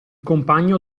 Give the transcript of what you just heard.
compagno